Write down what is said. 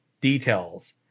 details